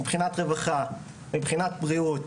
מבחינת רווחה ומבחינת בריאות.